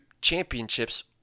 championships